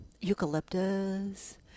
eucalyptus